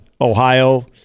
Ohio